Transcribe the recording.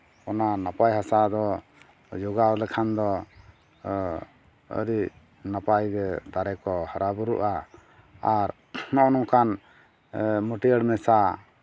ᱚᱱᱟ ᱱᱟᱯᱟᱭ ᱦᱟᱥᱟ ᱫᱚ ᱡᱚᱜᱟᱣ ᱞᱮᱠᱷᱟᱱ ᱫᱚ ᱟᱹᱰᱤ ᱱᱟᱯᱟᱭᱜᱮ ᱫᱟᱨᱮ ᱠᱚ ᱦᱟᱨᱟ ᱵᱩᱨᱩᱜᱼᱟ ᱟᱨ ᱱᱚᱜᱼᱚ ᱱᱚᱝᱠᱟᱱ ᱢᱟᱹᱴᱭᱟᱹᱲ ᱢᱮᱥᱟ